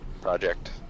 project